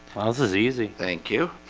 well, this is easy. thank you